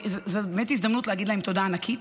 וזאת באמת הזדמנות להגיד להם תודה ענקית.